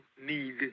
need